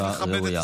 בקשה ראויה.